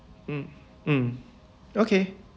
mm mm okay